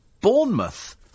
Bournemouth